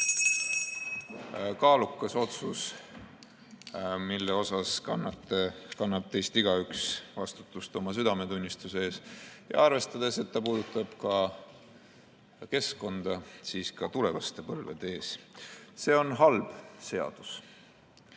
kaalukas otsus, mille tegemisel kannab igaüks teist vastutust oma südametunnistuse ees, ja arvestades, et see puudutab ka keskkonda, siis ka tulevaste põlvede ees. See on halb